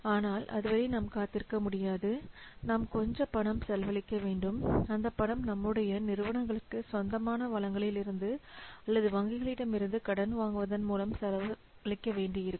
ஆனால் அதுவரை நாம் காத்திருக்க முடியாது நாம் கொஞ்சம் பணம் செலவழிக்க வேண்டும் அந்த பணம் நம்முடைய நிறுவனங்களுக்கு சொந்தமான வளங்களிலிருந்து அல்லது வங்கிகளிடமிருந்து கடன் வாங்குவதன் மூலம் செலவழிக்க வேண்டியிருக்கும்